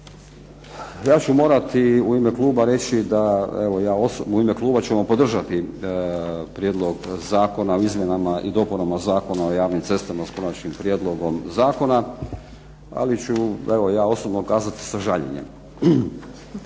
Ja ću morati u ime kluba reći da evo ja osobno, u ime kluba ćemo podržati Prijedlog Zakona o izmjenama i dopunama Zakona o javnim cestama s konačnim prijedlogom zakona, ali ću evo ja osobno kazati sa žaljenjem.